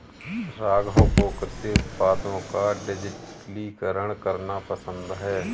राघव को कृषि उत्पादों का डिजिटलीकरण करना पसंद है